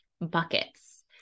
buckets